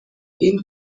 این